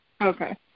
Okay